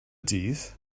dydd